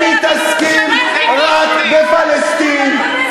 הם מתעסקים רק בפלסטין,